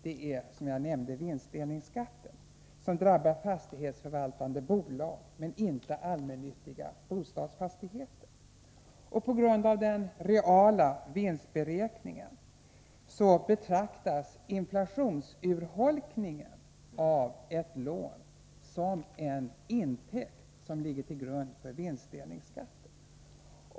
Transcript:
Det är, som jag nämnde, vinstdelningsskatten som drabbar fastighetsförvaltande bolag men inte allmännyttiga bostadsfastigheter. På grund av den reala vinstberäkningen betraktas inflationsurholkningen av ett lån som en intäkt som ligger till grund för vinstdelningsskatten.